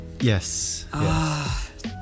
Yes